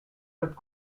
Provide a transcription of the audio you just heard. faites